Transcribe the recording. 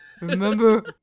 Remember